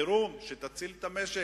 תוכנית חירום שתציל את המשק,